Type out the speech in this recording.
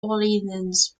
orleans